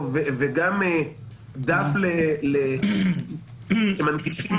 וגם דף שמנגישים.